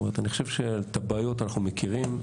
אני חושב שאת הבעיות אנחנו מכירים.